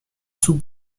sous